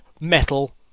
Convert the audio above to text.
Metal